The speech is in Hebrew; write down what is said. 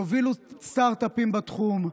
תובילו סטרטאפים בתחום,